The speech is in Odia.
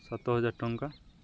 ସାତ ହଜାର ଟଙ୍କା